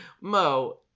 Mo